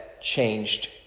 changed